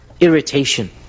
irritation